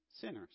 sinners